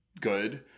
good